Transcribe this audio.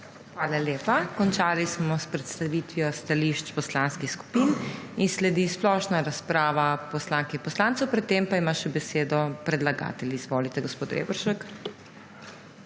Hvala lepa. Končali smo s predstavitvijo stališč poslanskih skupin. Sledi splošna razprava poslank in poslancev, pred tem pa ima besedo še predlagatelj. Izvolite, gospod Reberšek.